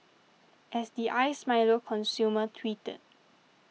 as the Iced Milo consumer tweeted